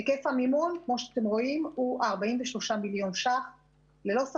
היקף המימון הוא 43 מיליון ₪.